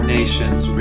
Nations